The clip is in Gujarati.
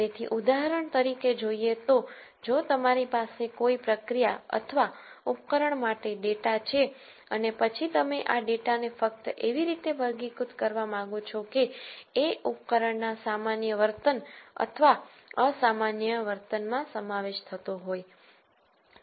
તેથી ઉદાહરણ તરીકે જોઈએ તો જો તમારી પાસે કોઈ પ્રક્રિયા અથવા ઉપકરણ માટે ડેટા છે અને પછી તમે આ ડેટાને ફક્ત એવી રીતે વર્ગીકૃત કરવા માંગો છો કે એ ઉપકરણ ના સામાન્ય વર્તન અથવા અસામન્ય વર્તન માં સમાવેશ થતો હોય